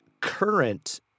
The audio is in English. current